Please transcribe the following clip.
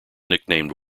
nicknamed